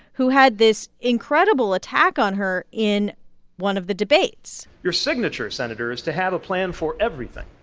who had this incredible attack on her in one of the debates your signature, senator, is to have a plan for everything,